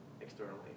externally